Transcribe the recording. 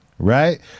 Right